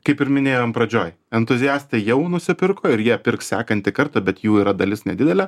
kaip ir minėjom pradžioj entuziastai jau nusipirko ir jie pirks sekantį kartą bet jų yra dalis nedidelė